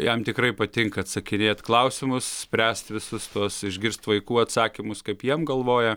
jam tikrai patinka atsakinėt klausimus spręst visus tuos išgirst vaikų atsakymus kaip jie galvoja